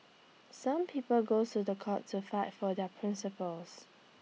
some people goes to The Court to fight for their principles